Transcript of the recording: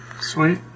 Sweet